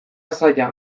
zaila